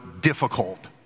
difficult